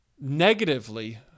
negatively